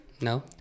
No